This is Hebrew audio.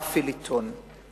הפיליטון.